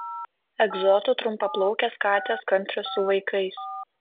egzotų trumpaplaukės katės kantrios su vaikais